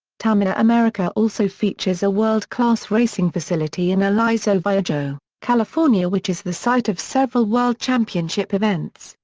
tamiya america also features a world-class racing facility in aliso viejo, california which is the site of several world championship events,